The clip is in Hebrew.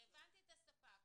הבנתי את הספק,